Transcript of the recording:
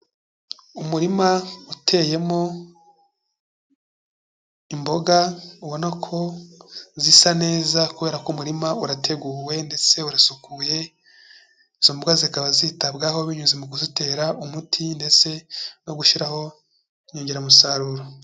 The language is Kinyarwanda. Umurima uteyemo imboga ubona ko zisa neza kubera ko umurima urateguwe ndetse urasukuye, izo mboga zikaba zitabwaho binyuze mu kuzitera umuti ndetse no gushyiraho inyongeramusaruro.